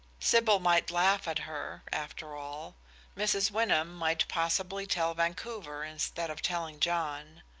sybil might laugh at her, after all mrs. wyndham might possibly tell vancouver instead of telling john.